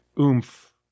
oomph